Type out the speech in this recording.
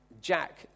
Jack